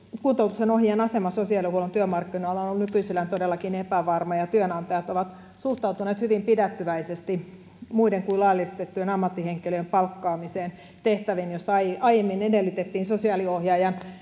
kuntoutuksen ohjaajien asema sosiaalihuollon työmarkkinoilla on nykyisellään todellakin epävarma ja työnantajat ovat suhtautuneet hyvin pidättyväisesti muiden kuin laillistettujen ammattihenkilöjen palkkaamiseen tehtäviin joissa aiemmin edellytettiin sosiaaliohjaajan